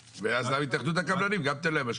ואז התאחדות הקבלנים, גם תן להם משקיף.